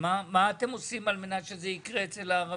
מה אתם עושים כדי שזה יקרה אצל הערבים?